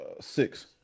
Six